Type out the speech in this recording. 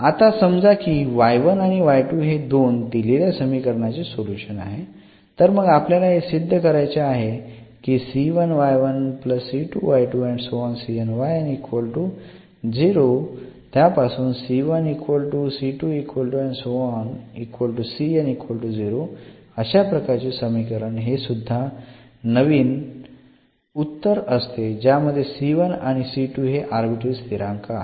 आता समजा की हे दोन दिलेल्या समीकरणाचे सोल्युशन आहेत तर मग आपल्याला हे सिद्ध करायचे आहे की अशा प्रकारचे समीकरण हे सुध्दा नवीन उत्तर असते ज्यामध्ये आणि हे आर्बिट्ररी स्थिरांक आहेत